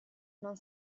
non